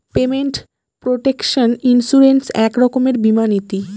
payment protection insurance এক রকমের বীমা নীতি